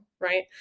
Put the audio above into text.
right